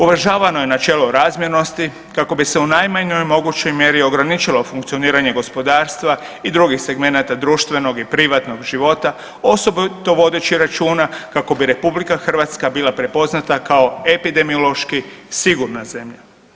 Uvažavano je načelo razmjernosti kako bi se u najmanjoj mogućoj mjeri ograničilo funkcioniranje gospodarstva i drugih segmenata društvenog i privatnog života, osobito vodeći računa kako bi RH bila prepoznata kao epidemiološki sigurna zemlja.